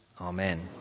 Amen